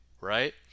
right